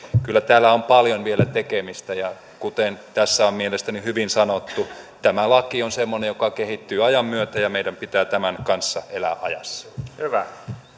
kyllä täällä on paljon vielä tekemistä ja kuten tässä on mielestäni hyvin sanottu tämä laki on semmoinen joka kehittyy ajan myötä ja meidän pitää tämän kanssa elää ajassa